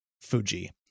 Fuji